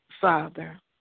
Father